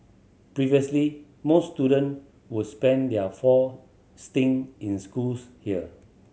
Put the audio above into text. previously most student would spend their four stint in schools here